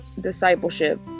discipleship